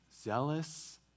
zealous